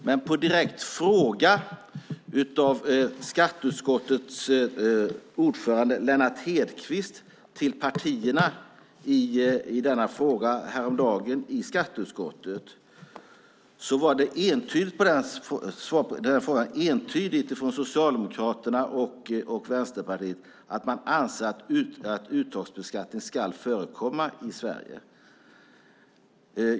Men på en direkt fråga häromdagen från skatteutskottets ordförande Lennart Hedquist till partierna i sagda utskott var svaret entydigt från Socialdemokraterna och Vänsterpartiet att man anser att uttagsbeskattning ska förekomma i Sverige.